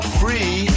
free